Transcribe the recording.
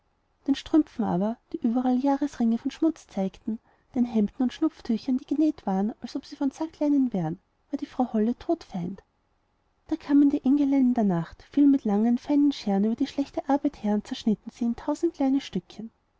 den strümpfen aber die überall jahresringe von schmutz zeigten und den hemden und schnupftüchern die genäht waren als ob sie von sackleinen wären war die frau holle todfeind da kamen die engelein in der nacht fielen mit langen feinen scheren über die schlechte arbeit her und zerschnitten sie in tausend kleine stückchen